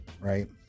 right